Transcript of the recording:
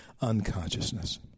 unconsciousness